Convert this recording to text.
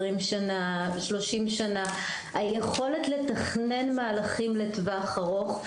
ו-30 שנה אז יש להם את היכולת לתכנן מהלכים לטווח ארוך,